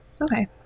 okay